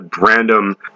random